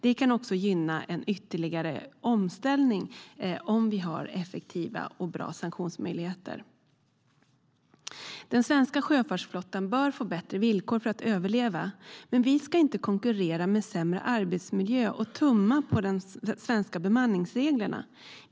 Det kan också gynna en ytterligare omställning, om vi har effektiva och bra sanktionsmöjligheter. Den svenska sjöfartsflottan bör få bättre villkor för att den ska överleva. Men vi ska inte konkurrera med sämre arbetsmiljö genom att tumma på de svenska bemanningsreglerna.